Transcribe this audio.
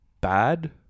bad